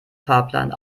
fahrplan